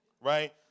right